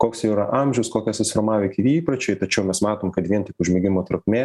koks jo yra amžius kokie susiformavę įpročiai tačiau mes matom kad vien tik užmigimo trukmė